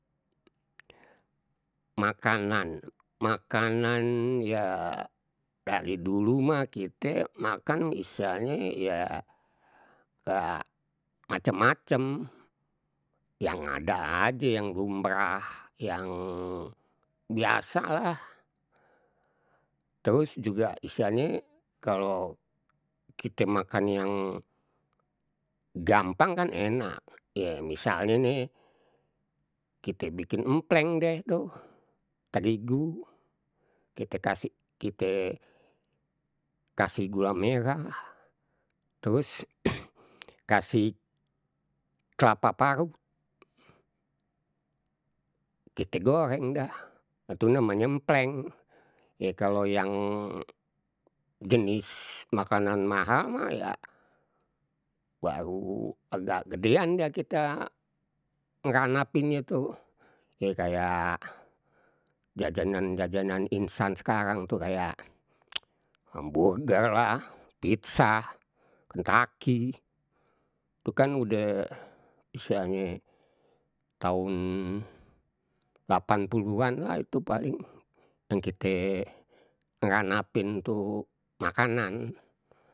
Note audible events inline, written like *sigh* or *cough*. Makanan, makanan ya dari dulu mah kite makan misalnye ya ga macem macem yang ada aje, yang lumrah, yang biasa lah. Terus juga istilahnye kalau kite makan yang gampang kan enak. Ye misalnye nih, kite bikin empleng deh tuh, terigu, kita kasi kite kasih gula merah, terus *noise* kasih kelapa parut, kite goreng dah. Itu namanya empleng. Ya kalau yang jenis makanan mahal mah ya baru agak gedean dah kita ngranapinnya, tu. Ye kayak jajanan jajanan insan sekarang tuh kayak *noise* hamburger lah, pizza, kentucky. Itu kan udah istilahnye tahun lapan puluhan lah itu paling yang kita ngranapin tu makanan.